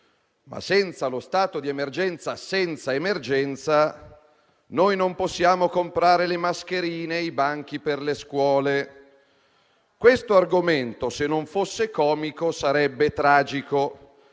che senza lo stato di emergenza senza emergenza non si possono comprare le mascherine e i banchi per le scuole. Questo argomento, se non fosse comico, sarebbe tragico,